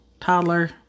toddler